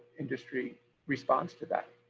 industry response to that.